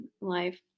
life